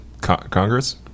Congress